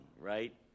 right